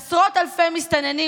עשרות אלפי מסתננים,